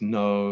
no